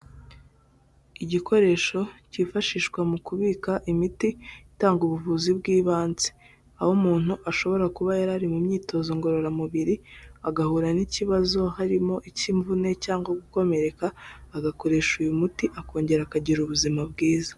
Igikoresho kifashishwa mu kubika imiti itanga ubuvuzi bw'ibanze, aho umuntu ashobora kuba yari ari mu myitozo ngororamubiri agahura n'ikibazo, harimo icy'imvune cyangwa gukomereka, agakoresha uyu muti akongera akagira ubuzima bwiza.